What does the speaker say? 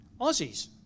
Aussies